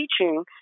teaching